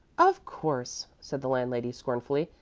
of course, said the landlady, scornfully.